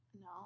No